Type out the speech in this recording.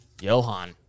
Johan